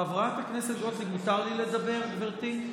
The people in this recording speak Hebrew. חברת הכנסת גוטליב, מותר לי לדבר, גברתי?